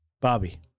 Bobby